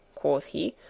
quoth he,